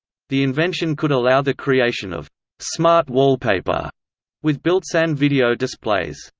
the invention could allow the creation of smart wallpaper with built-in video displays.